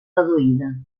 reduïda